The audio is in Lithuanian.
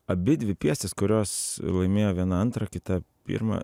abidvi pjesės kurios laimėjo viena antrą kita pirmą